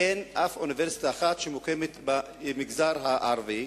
ואין אף אוניברסיטה אחת שמוקמת במגזר הערבי,